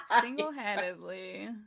Single-handedly